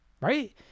Right